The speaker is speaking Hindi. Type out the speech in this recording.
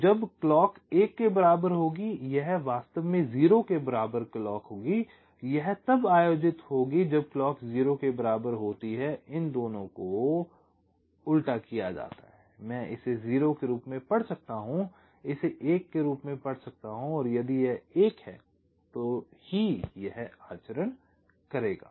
तो जब क्लॉक 1 के बराबर होगी यह वास्तव में 0 के बराबर क्लॉक होगी यह तब आयोजित होगी जब क्लॉक 0 के बराबर होती है इन दोनों को उलटा किया जाता है मैं इसे 0 के रूप में पढ़ सकता हूं इसे 1 के रूप में पढ़ सकता हूं और यदि यह 1 है तो ही यह आचरण करेगा